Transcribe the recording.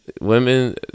women